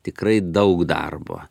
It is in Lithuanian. tikrai daug darbo